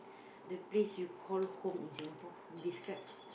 the place you call home in Singapore describe